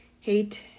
hate